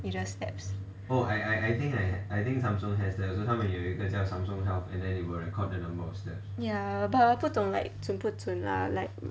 steps ya but 我不懂准不准 lah